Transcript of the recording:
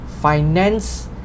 finance